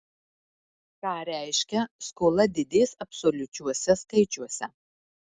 ką reiškia skola didės absoliučiuose skaičiuose